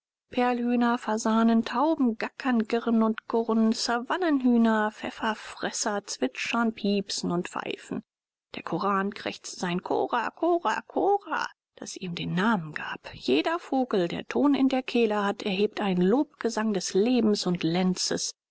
perlhühner fasanen tauben gackern girren und gurren savannenhühner pfefferfresser zwitschern piepsen und pfeifen der koran krächzt sein korakorakora das ihm den namen gab jeder vogel der ton in der kehle hat erhebt einen lobgesang des lebens und lenzes